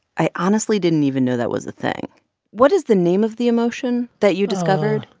i honestly didn't even know that was a thing what is the name of the emotion that you discovered?